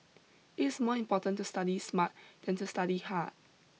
it is more important to study smart than to study hard